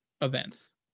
events